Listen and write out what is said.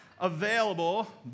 available